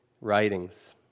writings